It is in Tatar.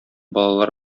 балалар